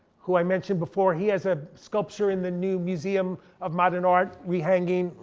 who i mentioned before, he has a sculpture in the new museum of modern art, rehanging.